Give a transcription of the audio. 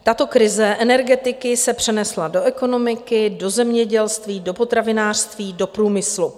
Tato krize energetiky se přenesla do ekonomiky, do zemědělství, do potravinářství, do průmyslu.